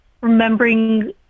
remembering